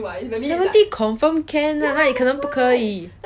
seventy confirm can lah 哪里不可以